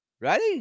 Ready